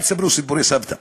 אל תספרו סיפורי סבתא.